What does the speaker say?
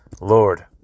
Lord